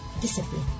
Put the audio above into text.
discipline